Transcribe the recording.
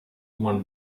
one